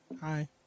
Hi